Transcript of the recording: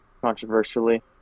controversially